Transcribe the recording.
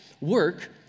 work